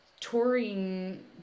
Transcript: touring